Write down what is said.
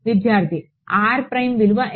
విద్యార్థి విలువ ఎంత